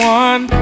one